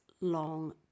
long